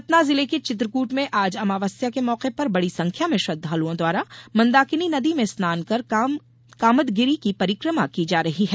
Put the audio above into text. सतना जिले के चित्रकूट में आज अमावस्या के मौके पर बड़ी संख्या में श्रद्धालुओं द्वारा मंदाकिनी नदी में स्नान कर कामदगिरि की परिकमा की जा रही है